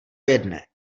jedné